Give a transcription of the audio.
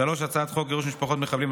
הצעת חוק גירוש משפחות מחבלים,